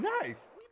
Nice